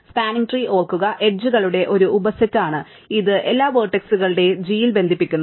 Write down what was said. spanning tree ഓർക്കുക എഡ്ജുകളുടെ ഒരു ഉപ സെറ്റ് ആണ് ഇത് എല്ലാ വെർട്ടെക്സുകളുടെ g ൽ ബന്ധിപ്പിക്കുന്നു